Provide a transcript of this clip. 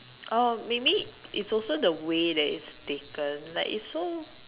oh maybe it's also the way that it's taken like it's so